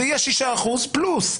זה יהיה 6% פלוס,